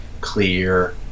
clear